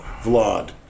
Vlad